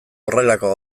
horrelako